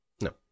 No